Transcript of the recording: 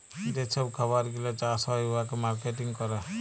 যে ছব খাবার গিলা চাষ হ্যয় উয়াকে মার্কেটিং ক্যরে